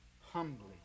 humbly